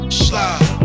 slide